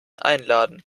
einladen